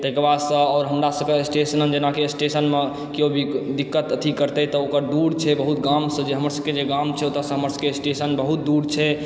ताहिके बादसँ आओर हमरा सबके स्टेशन जेना कि स्टेशनमे केओ भी दिक्कत अथि करतै तऽ ओकर दूर छै बहुत गाँमसँ जे हमर सबके जे गाँम छै ओतऽसँ हमर सबके स्टेशन बहुत दूर छै